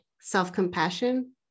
self-compassion